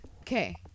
Okay